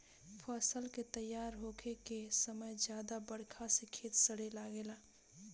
फसल के तइयार होखे के समय ज्यादा बरखा से खेत सड़े लागेला